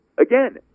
Again